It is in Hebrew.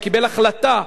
שקיבל החלטה,